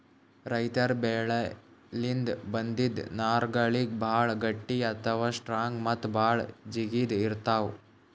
ರೈತರ್ ಬೆಳಿಲಿನ್ದ್ ಬಂದಿಂದ್ ನಾರ್ಗಳಿಗ್ ಭಾಳ್ ಗಟ್ಟಿ ಅಥವಾ ಸ್ಟ್ರಾಂಗ್ ಮತ್ತ್ ಭಾಳ್ ಬಿಗಿತ್ ಇರ್ತವ್